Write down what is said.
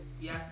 yes